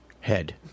Head